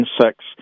insects